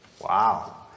Wow